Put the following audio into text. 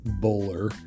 Bowler